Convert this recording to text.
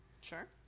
Sure